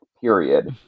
period